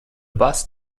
bust